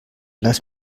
lass